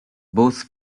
both